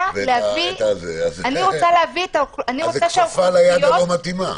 אז זאת כפפה ליד הלא מתאימה.